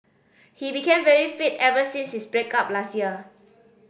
he became very fit ever since his break up last year